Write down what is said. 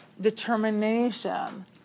determination